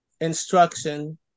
instruction